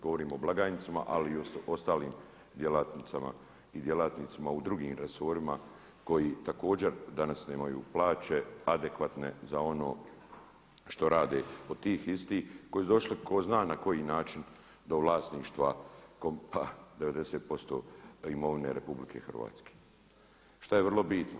Govorim o blagajnicama ali i ostalim djelatnicama i djelatnicima u drugim resorima koji također danas nemaju plaće adekvatne za ono što rade od tih isti koji su došli ko zna na koji način do vlasništva, do 90% imovine RH šta je vrlo bitno.